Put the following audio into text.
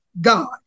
God